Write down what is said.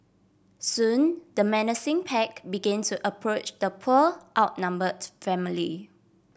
soon the menacing pack begin to approach the poor outnumbered family